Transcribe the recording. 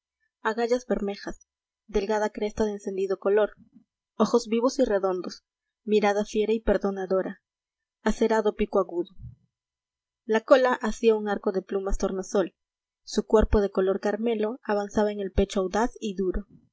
agallas bermejas delgada cresta de encendido color ojos vivos y redondos mirada fiera y perdonadora acerado pico agudo la cola hacía un arco de plumas tornasol su cuerpo de color carmelo avanzaba en el pecho audaz y duro